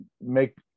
make